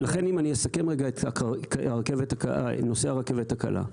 ולכן, אם אסכם את נושא הרכבת הקלה,